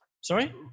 Sorry